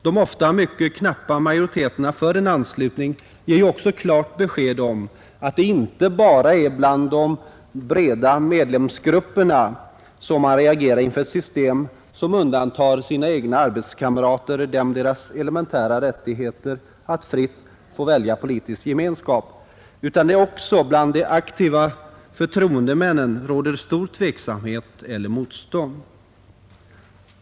De ofta mycket knappa majoriteterna för en anslutning ger också klart besked om att det inte bara är i de breda medlemsgrupperna som man reagerar inför ett system, som betyder att man undantar sina egna arbetskamrater från deras elementära rättighet att fritt få välja politisk gemenskap, utan att det också bland de aktiva förtroendemännen råder stor tveksamhet eller motstånd.